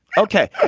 ok.